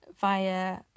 via